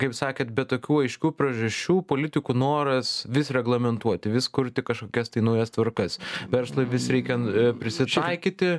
kaip sakėt bet tokių aiškių priežasčių politikų noras vis reglamentuoti vis kurti kažkokias tai naujas tvarkas verslui vis reikia prisitaikyti